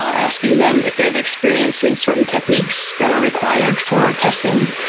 asking them if they have experience in certain techniques that are required for testing,